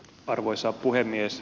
arvoisa puhemies